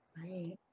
Right